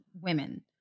women